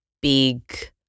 Big